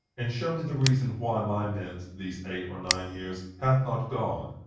and show me the reason why my mint, these eight or nine years, hath not gone.